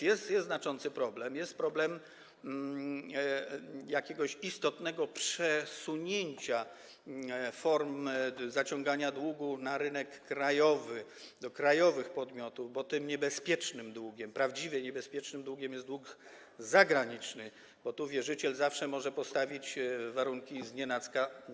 Jest więc znaczący problem, jest problem jakiegoś istotnego przesunięcia form zaciągania długu na rynek krajowy, do krajowych podmiotów, bo tym niebezpiecznym długiem, prawdziwie niebezpiecznym długiem, jest dług zagraniczny, bo tu wierzyciel zawsze może postawić warunki znienacka.